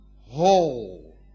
whole